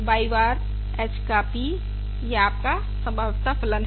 y बार h का p यह आपका संभाव्यता फलन है